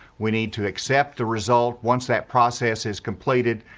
we need to accept the result, once that process is completed,